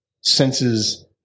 senses